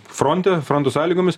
fronte fronto sąlygomis